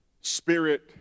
spirit